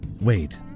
wait